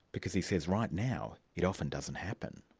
because he says right now it often doesn't happen.